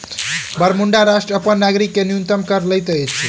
Bermuda राष्ट्र अपन नागरिक से न्यूनतम कर लैत अछि